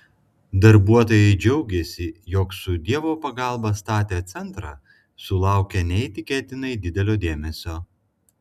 darbuotojai džiaugėsi jog su dievo pagalba statę centrą sulaukia neįtikėtinai didelio dėmesio